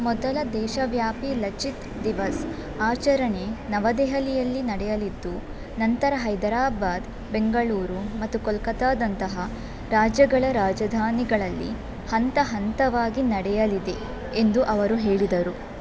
ಮೊದಲ ದೇಶವ್ಯಾಪಿ ಲಚಿತ್ ದಿವಸ್ ಆಚರಣೆ ನವದೆಹಲಿಯಲ್ಲಿ ನಡೆಯಲಿದ್ದು ನಂತರ ಹೈದರಾಬಾದ್ ಬೆಂಗಳೂರು ಮತ್ತು ಕೋಲ್ಕತ್ತಾದಂತಹ ರಾಜ್ಯಗಳ ರಾಜಧಾನಿಗಳಲ್ಲಿ ಹಂತ ಹಂತವಾಗಿ ನಡೆಯಲಿದೆ ಎಂದು ಅವರು ಹೇಳಿದರು